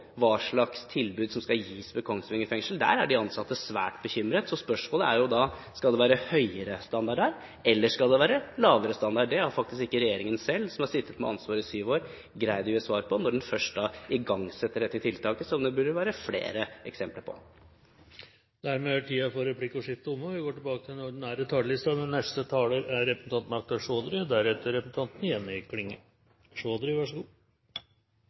hva slags nivå de skal ha og hva slags tilbud som skal gis ved Kongsvinger fengsel. Der er de ansatte svært bekymret. Så spørsmålet er jo da: Skal det være høyere standard her, eller skal det være lavere standard? Det har faktisk ikke regjeringen selv, som har sittet med ansvaret i syv år, greid å gi svar på – når den først igangsetter dette tiltaket, som det burde være flere eksempler på. Replikkordskiftet er omme. SV er stolt over at vi har ledet landet i syv år. I samarbeid med våre regjeringspartnere har vi dreid norsk politikk til